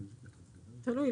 תלוי,